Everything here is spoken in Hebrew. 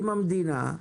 עם המדינה,